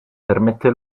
permette